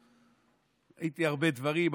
ראיתי הרבה דברים,